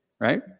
right